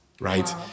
right